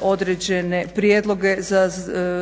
određene prijedloge za